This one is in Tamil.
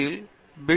யில் பி